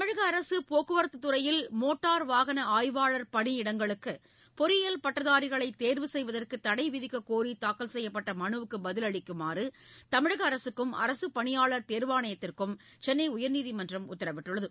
தமிழக அரசு போக்குவரத்துத் துறையில் மோட்டார் வாகன ஆய்வாளர் பணியிடங்களுக்கு பொறியியல் பட்டதாரிகளை தேர்வு செய்வதற்கு தடை விதிக்கக்கோரி தாக்கல் செய்யப்பட்ட மனுவுக்கு பதில் அளிக்குமாறு தமிழக அரசுக்கும் அரசுப் பணியாளர் தேர்வாணையத்திற்கும் சென்னை உயா்நீதிமன்றம் உத்தரவிட்டுள்ளது